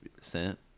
sent